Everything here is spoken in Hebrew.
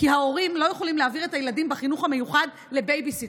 ההורים לא יכולים להעביר את הילדים בחינוך המיוחד לבייביסיטר.